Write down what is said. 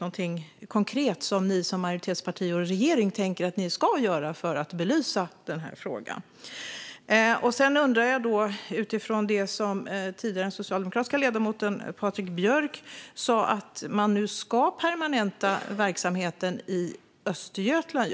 Frågan är om ni som majoritets och regeringsparti tänker göra någonting konkret för att belysa denna fråga. Jag har också en fråga utifrån vad den socialdemokratiska ledamoten Patrik Björck sa om att man nu ska permanenta verksamheten just i Östergötland.